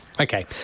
Okay